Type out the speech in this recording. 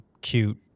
cute